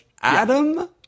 adam